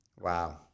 wow